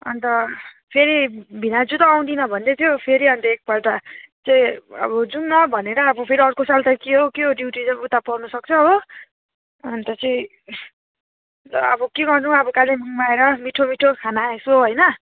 अन्त फेरि भिनाजु त आउँदिनँ भन्दैथ्यो फेरि अन्त एकपल्ट चाहिँ अब जाउँ न भनेर अब फेरि अर्को साल त के हो के हो ड्युटी त उता पर्नुसक्छ हो अन्त चाहिँ अन्त अब के गर्नु अब कालिम्पोङमा आएर मिठो मिठो खाना यसो होइन